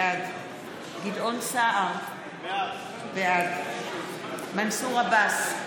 בעד גדעון סער, בעד מנסור עבאס,